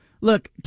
look